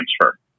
transfer